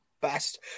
best